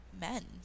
men